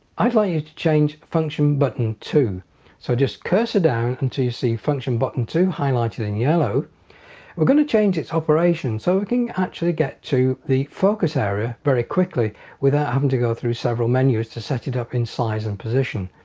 i'd like you to change function button two so just cursor down until you see function button two highlighted in yellow we're going to change its operation so we can actually get to the focus area very quickly without having to go through several menus to set it up in size and position.